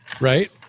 right